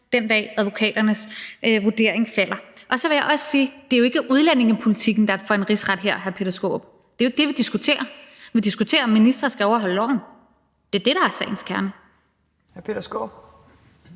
den dag, advokaternes vurdering falder. Så vil jeg også sige, at det ikke er udlændingepolitikken, der er for en rigsret her. Det er jo ikke det, vi diskuterer. Vi diskuterer, om ministre skal overholde loven. Kl. 12:36 Fjerde næstformand (Trine Torp): Hr. Peter Skaarup.